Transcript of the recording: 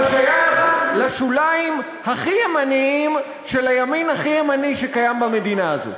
אבל שייך לשוליים הכי ימניים של הימין הכי ימני שקיים במדינה הזאת.